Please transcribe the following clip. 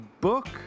book